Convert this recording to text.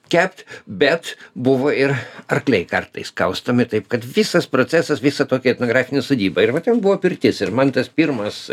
kept bet buvo ir arkliai kartais kaustomi taip kad visas procesas visa tokia etnografinė sodyba ir va ten buvo pirtis ir man tas pirmas